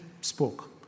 spoke